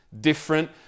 different